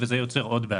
וזה יוצר עוד בעיה.